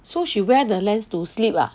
so she wear the lens to sleep lah